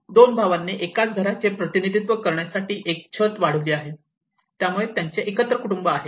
दोन भावांनी एकाच घराचे प्रतिनिधित्व करण्यासाठी एक छत वाढविली आहे त्यामुळे त्यांचे एकत्र कुटुंब आहे